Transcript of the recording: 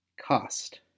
Cost